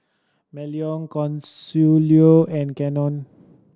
Melony Consuelo and Cannon